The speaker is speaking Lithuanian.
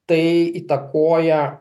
tai įtakoja